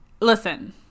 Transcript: Listen